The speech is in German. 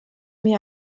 mir